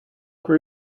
where